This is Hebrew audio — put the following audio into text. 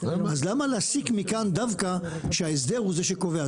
אז למה להסיק מכאן דווקא שההסדר הוא זה שקובע?